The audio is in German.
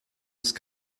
ist